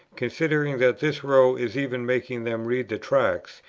considering that this row is even making them read the tracts,